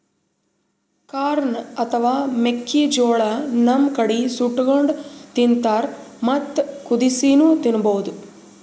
corn ಅಥವಾ ಮೆಕ್ಕಿಜೋಳಾ ನಮ್ ಕಡಿ ಸುಟ್ಟಕೊಂಡ್ ತಿಂತಾರ್ ಮತ್ತ್ ಕುದಸಿನೂ ತಿನ್ಬಹುದ್